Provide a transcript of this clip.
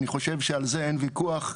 אני חושב שעל זה אין ויכוח,